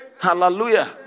Hallelujah